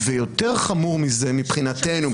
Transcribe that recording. ויותר חמור מבחינתנו,